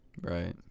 right